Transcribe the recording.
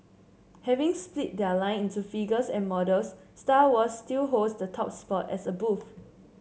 having split their line into figures and models Star Wars still holds the top spot as a booth